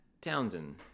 Townsend